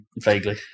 Vaguely